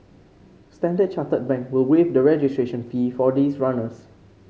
Standard Chartered Bank will waive the registration fee for these runners